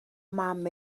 mam